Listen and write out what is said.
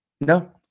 No